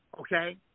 okay